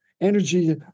energy